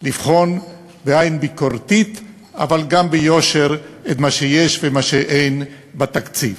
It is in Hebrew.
לבחון בעין ביקורתית אבל גם ביושר את מה ששיש ומה שאין בתקציב.